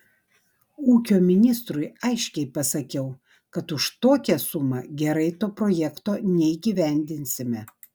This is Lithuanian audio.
ūkio ministrui aiškiai pasakiau kad už tokią sumą gerai to projekto neįgyvendinsime